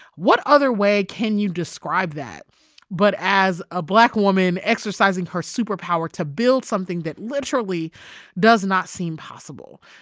what other way can you describe that but as a black woman exercising her superpower to build something that literally does not seem possible?